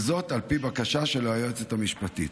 וזאת על פי בקשה של היועצת המשפטית,